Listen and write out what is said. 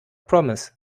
promise